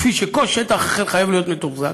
כפי שכל שטח אחר חייב להיות מתוחזק,